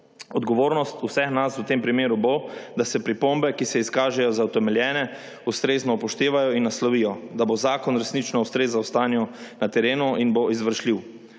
Odgovornost vseh nas v tem primeru bo, da se pripombe, ki se izkažejo za utemeljene, ustrezno upoštevajo in naslovijo, da bo zakon resnično ustrezal stanju na terenu in bo izvršljiv.